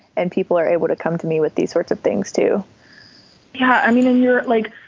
and people are able to come to me with these sorts of things, too yeah i mean, and you're like,